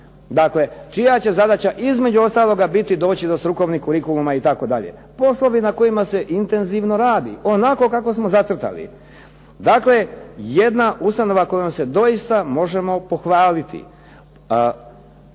Dakle, čija će zadaća između ostalog biti doći do strukovnih kurikuluma itd. poslovi na kojima se intenzivno radi, onako kako smo zacrtali. Dakle, jedna ustanova kojom se doista možemo pohvaliti.